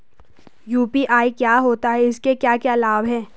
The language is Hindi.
यु.पी.आई क्या होता है इसके क्या क्या लाभ हैं?